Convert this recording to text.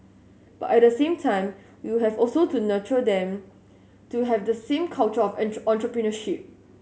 but at the same time you have also to nurture them to have the same culture of entry entrepreneurship